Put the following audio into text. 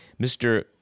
Mr